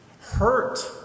Hurt